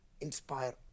inspire